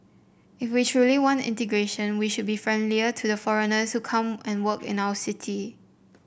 if we truly want integration we should be friendlier to the foreigners who come and work in our city